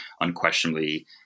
unquestionably